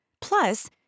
Plus